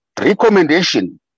recommendation